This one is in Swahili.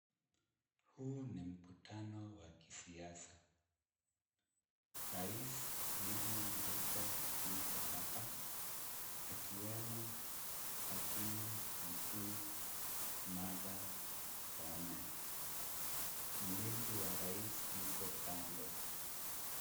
Huu ni mkutano wa kisiasa. Rais William Ruto yuko hapa, akiwemo hakimu mkuu, Martha Koome. Mlinzi wa rais yuko kando.